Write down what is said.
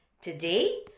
Today